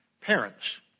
parents